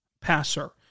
passer